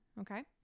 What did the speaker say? Okay